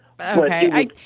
Okay